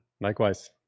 Likewise